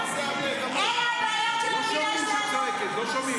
"מי אתה" --- "מי אתה", זה מה שמפריע לך?